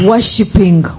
Worshipping